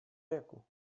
jako